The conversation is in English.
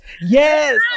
Yes